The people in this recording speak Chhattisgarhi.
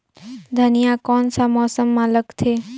धनिया कोन सा मौसम मां लगथे?